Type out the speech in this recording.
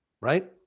Right